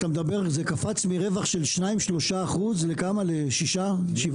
זה קפץ מרווח של 3%-2% ל-7%-6%?